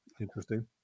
interesting